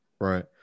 right